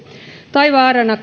tai